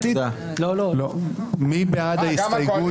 --- מי בעד ההסתייגות?